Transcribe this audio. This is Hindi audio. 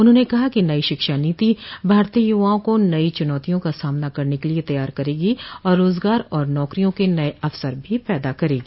उन्होंने कहा है कि नई शिक्षा नीति भारतीय युवाओं को नई चुनौतियों का सामना करने के लिए तैयार करेगी और रोजगार और नौकरियों के नए अवसर भी पैदा करेगी